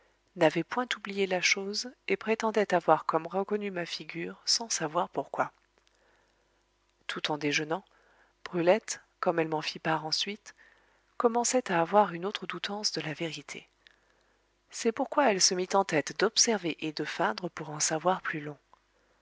n'avait point oublié la chose et prétendait avoir comme réconnu ma figure sans savoir pourquoi tout en déjeunant brulette comme elle m'en fît part ensuite commençait à avoir une autre doutance de la vérité c'est pourquoi elle se mit en tête d'observer et de feindre pour en savoir plus long